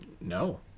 No